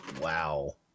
Wow